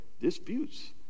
disputes